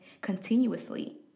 continuously